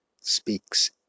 speaks